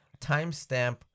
timestamp